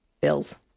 Bills